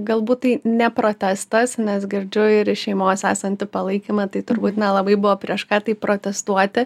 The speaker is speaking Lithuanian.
galbūt tai ne protestas nes girdžiu ir iš šeimos esantį palaikymą tai turbūt nelabai buvo prieš ką tai protestuoti